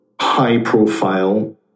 high-profile